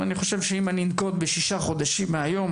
אבל אני חושב שאם אני אנקוב בשישה חודשים מהום,